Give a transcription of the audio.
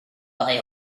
buy